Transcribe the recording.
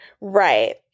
Right